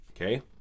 Okay